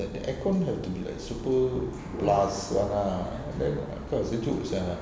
then the aircon have to be like super blast one ah then quite sejuk